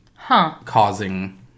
causing